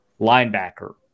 linebacker